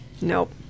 nope